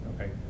okay